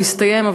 הוא הסתיים,